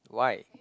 why